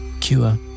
cure